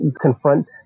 confront